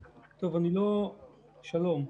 שלום.